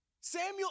Samuel